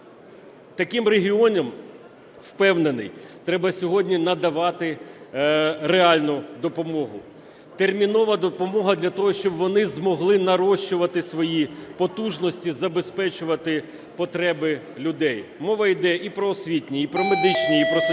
таким регіонам, впевнений, треба сьогодні надавати реальну допомогу, термінову допомогу, для того щоб вони змогли нарощувати свої потужності забезпечувати потреби людей. Мова йде і про освітні, і про медичні, і про соціальні